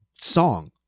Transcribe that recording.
song